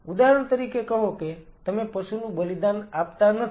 ઉદાહરણ તરીકે કહો કે તમે પશુનું બલિદાન આપતા નથી